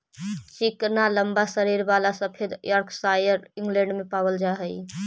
चिकना लम्बा शरीर वाला सफेद योर्कशायर इंग्लैण्ड में पावल जा हई